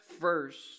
first